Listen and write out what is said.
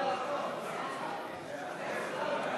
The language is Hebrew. לדיון מוקדם בוועדת החוקה,